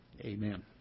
Amen